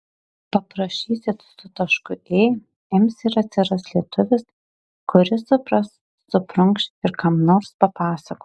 parašysi su tašku ė ims ir atsiras lietuvis kuris supras suprunkš ir kam nors papasakos